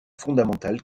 fondamental